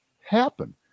happen